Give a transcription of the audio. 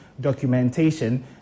documentation